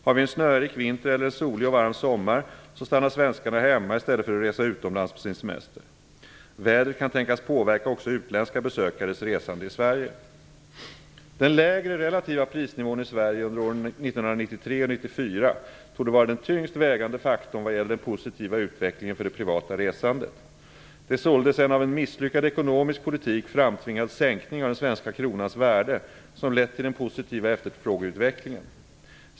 Har vi en snörik vinter eller en solig och varm sommar, så stannar svenskarna hemma i stället för att resa utomlands på sin semester. Vädret kan tänkas påverka också utländska besökares resande i Sverige. 1993 och 1994 torde vara den tyngst vägande faktorn vad gäller den positiva utvecklingen för det privata resandet. Det är således en av en misslyckad ekonomisk politik framtvingad sänkning av den svenska kronans värde som lett till den positiva efterfrågeutvecklingen.